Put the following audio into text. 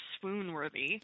swoon-worthy